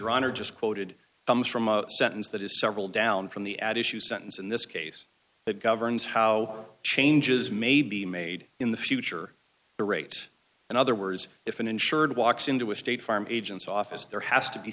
honor just quoted comes from a sentence that is several down from the at issue sentence in this case that governs how changes may be made in the future the rate in other words if an insured walks into a state farm agent's office there has to be